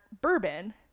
bourbon